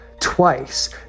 twice